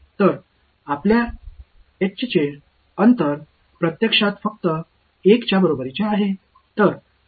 तर आपल्या एचचे अंतर प्रत्यक्षात फक्त 1 च्या बरोबरीचे आहे